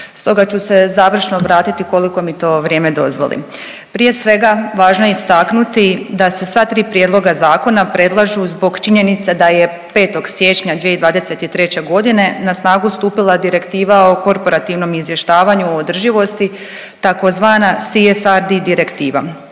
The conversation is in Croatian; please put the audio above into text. stoga ću se završno obratiti koliko mi to vrijeme dozvoli. Prije svega važno je istaknuti da se sva tri prijedloga zakona predlažu zbog činjenice da je 5. siječnja 2023. godine na snagu stupila Direktiva o korporativnom izvještavanju o održivosti tzv. CSRD direktiva.